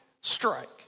strike